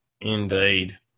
Indeed